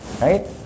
right